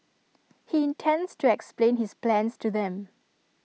he intends to explain his plans to them